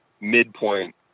midpoint